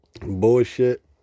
bullshit